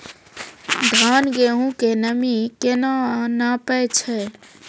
धान, गेहूँ के नमी केना नापै छै?